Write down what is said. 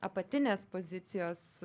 apatinės pozicijos